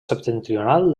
septentrional